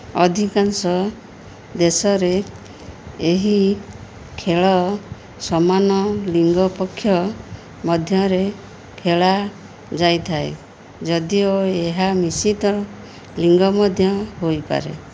ଅଧିକାଂଶ ଦେଶରେ ଏହି ଖେଳ ସମାନ ଲିଙ୍ଗ ପକ୍ଷ ମଧ୍ୟରେ ଖେଳା ଯାଇଥାଏ ଯଦିଓ ଏହା ମିଶ୍ରିତ ଲିଙ୍ଗ ମଧ୍ୟ ହୋଇପାରେ